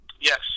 Yes